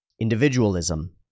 individualism